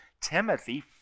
Timothy